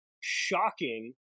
shocking